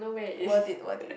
what it what it